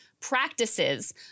practices